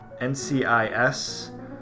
NCIS